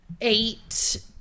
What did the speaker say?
eight